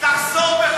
תחזור בך.